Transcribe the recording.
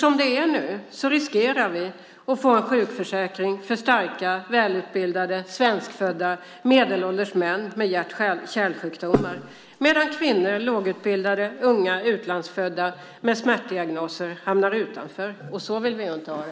Som det är nu riskerar vi att få en sjukförsäkring för starka, välutbildade, svenskfödda medelålders män med hjärt-kärlsjukdomar medan lågutbildade, unga, utlandsfödda kvinnor med smärtdiagnoser hamnar utanför. Så vill vi inte ha det.